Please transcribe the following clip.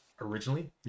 originally